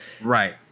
Right